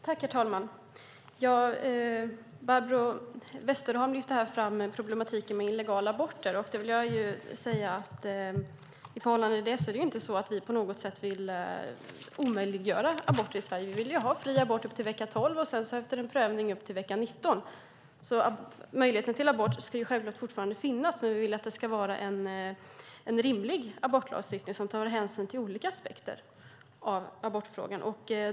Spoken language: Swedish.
Herr talman! Barbro Westerholm lyfte fram problematiken med illegala aborter. Då vill jag säga att det inte är så att vi på något sätt vill omöjliggöra aborter i Sverige. Vi vill ha fri abort till vecka 12 och efter en prövning upp till vecka 19. Möjligheten till abort ska självklart fortfarande finnas, men vi vill att det ska vara en rimlig abortlagstiftning som tar hänsyn till olika aspekter av abortfrågan.